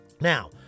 Now